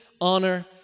honor